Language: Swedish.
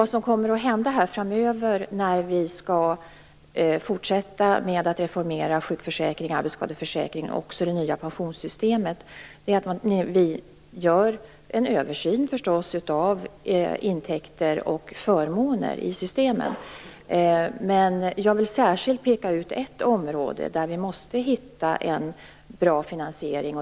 Vad som kommer att hända framöver när vi skall fortsätta att reformera sjukförsäkringen, arbetsskadeförsäkringen och det nya pensionssystemet är att vi gör en översyn av intäkter och förmåner i systemen. Jag vill särskilt peka ut ett område där vi måste hitta en bra finansiering.